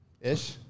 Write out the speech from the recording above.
ish